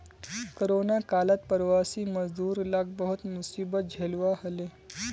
corona कालत प्रवासी मजदूर लाक बहुत मुसीबत झेलवा हले